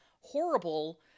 horrible